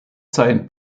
seinen